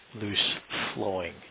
loose-flowing